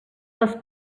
les